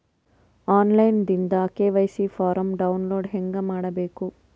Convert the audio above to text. On line ದಿಂದ KYC form download ಹೇಂಗ ಮಾಡಬೇಕು?